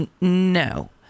no